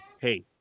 hey